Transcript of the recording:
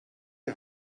die